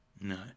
No